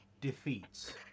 defeats